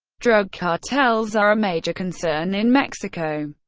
drug cartels are a major concern in mexico.